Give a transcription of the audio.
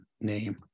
name